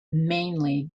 mainly